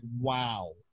wow